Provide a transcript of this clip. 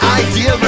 idea